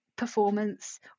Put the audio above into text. performance